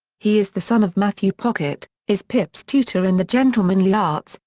he is the son of matthew pocket, is pip's tutor in the gentlemanly arts,